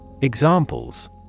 Examples